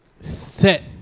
set